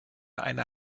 eine